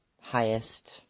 highest